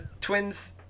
Twins